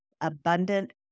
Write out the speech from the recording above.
abundant